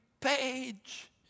page